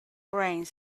brains